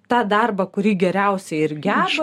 tą darbą kurį geriausiai ir geba